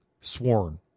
sworn